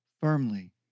firmly